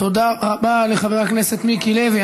תודה רבה לחבר הכנסת מיקי לוי.